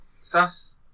Sas